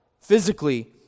physically